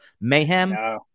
mayhem